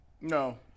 no